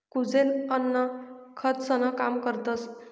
कुजेल अन्न खतंसनं काम करतस